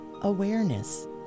awareness